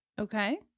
Okay